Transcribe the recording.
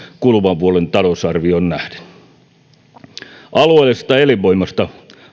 kuluvan vuoden talousarvioon nähden alueellisesta elinvoimasta